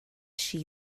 she